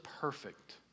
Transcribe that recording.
perfect